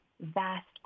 vast